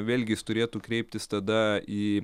vėlgi jis turėtų kreiptis tada į